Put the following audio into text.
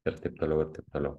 ir taip toliau ir taip toliau